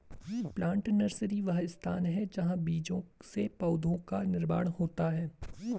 plant nursery वह स्थान है जहां बीजों से पौधों का निर्माण होता है